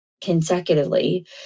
consecutively